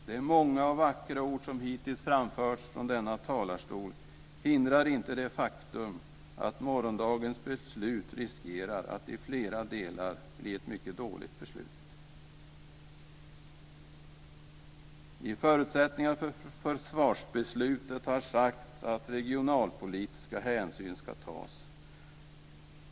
De många och vackra ord som hittills framförts från denna talarstol hindrar inte det faktum att morgondagens beslut riskerar att i flera delar bli ett mycket dåligt beslut. I förutsättningarna för försvarsbeslutet har sagts att regionalpolitiska hänsyn ska tas.